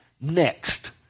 next